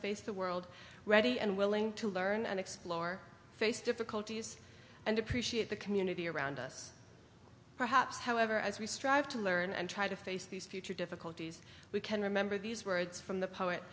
face the world ready and willing to learn and explore face difficulties and appreciate the community around us perhaps however as we strive to learn and try to face these future difficulties we can remember these words from the poet